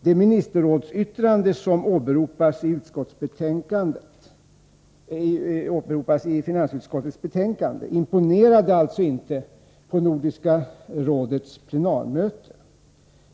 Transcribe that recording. Det ministerrådsyttrande som åberopas i finansutskottets betänkande imponerade alltså inte på Nordiska rådets plenarmöte.